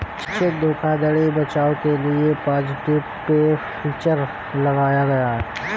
check धोखाधड़ी बचाव के लिए पॉजिटिव पे फीचर लाया गया है